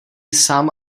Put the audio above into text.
sám